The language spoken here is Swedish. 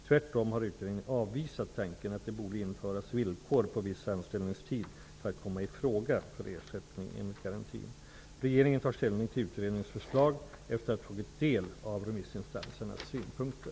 Tvärtom har utredningen avvisat tanken att det borde införas villkor på viss anställningstid för att komma ifråga för ersättning enligt garantin. Regeringen tar ställning till utredningens förslag efter att ha tagit del av remissinstansernas synpunkter.